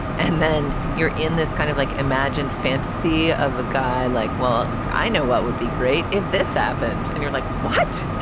and then you're in this kind of like imagined fantasy of a guy like, well, i know what would be great if this happened. and you're like, what?